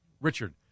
Richard